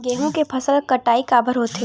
गेहूं के फसल कटाई काबर होथे?